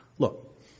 Look